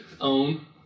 own